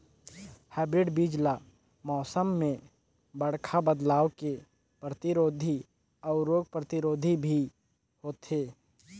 hybrid बीज ल मौसम में बड़खा बदलाव के प्रतिरोधी अऊ रोग प्रतिरोधी भी होथे